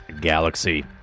galaxy